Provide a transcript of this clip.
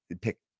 pick